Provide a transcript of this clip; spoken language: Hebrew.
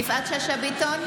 יפעת שאשא ביטון,